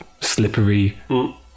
slippery